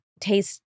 taste